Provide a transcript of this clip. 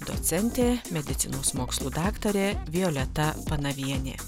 docentė medicinos mokslų daktarė violeta panavienė